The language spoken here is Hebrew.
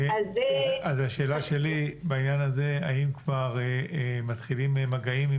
אז השאלה שלי בעניין הזה היא האם כבר מתחילים מגעים עם